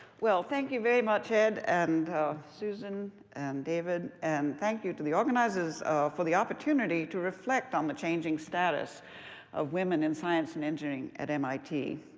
well, thank you very much, ed and susan and david. and thank you to the organizers for the opportunity to reflect on the changing status of women in science and engineering at mit.